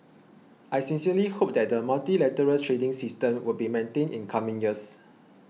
I sincerely hope that the multilateral trading system would be maintained in coming years